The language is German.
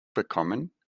bekommen